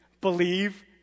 Believe